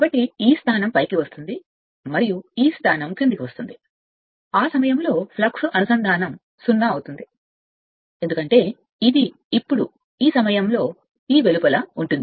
కాబట్టి ఈ స్థానం పైకి వస్తుంది మరియు ఈ స్థానం ఆ సమయంలో వస్తుంది ఫ్లక్స్ అనుసంధానం 0 అవుతుంది ఎందుకంటే ఇది ఇప్పుడు ఈ సమయంలో ఈ వెలుపల ఉంటుంది